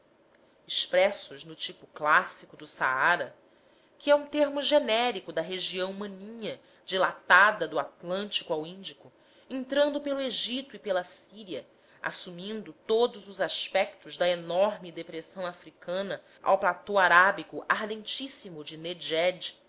expressos no tipo clássico do saara que é um termo genérico da região maninha dilatada do atlântico ao índico entrando pelo egito e pela síria assumindo todos os aspectos da enorme depressão africana ao platô arábico ardentíssimo e nedjed